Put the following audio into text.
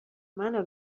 منو